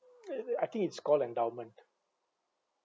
uh uh I think it's call endowment ah